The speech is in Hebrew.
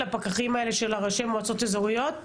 לפקחים האלה של המועצות האזוריות?